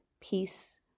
peace